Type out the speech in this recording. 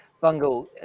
Bungle